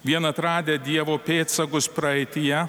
vien atradę dievo pėdsakus praeityje